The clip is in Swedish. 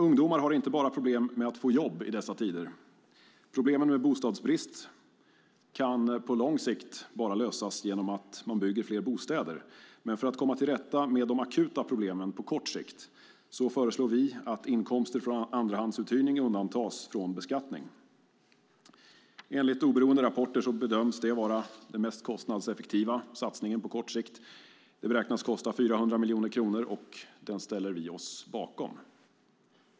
Ungdomar har inte bara problem med att få jobb i dessa tider. Problemet med bostadsbrist kan på lång sikt bara lösas genom att man bygger fler bostäder. För att komma till rätta med de akuta problemen på kort sikt föreslår vi att inkomster från andrahandsuthyrning undantas från beskattning. Enligt oberoende rapporter bedöms det vara den mest kostnadseffektiva satsningen på kort sikt. Den beräknas kosta 400 miljoner kronor. Vi ställer oss bakom den.